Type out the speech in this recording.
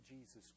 Jesus